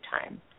time